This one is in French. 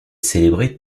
célébrée